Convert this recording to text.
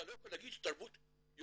אתה לא יכול להגיד שתרבות היא אירופאית.